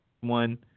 one